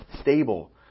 stable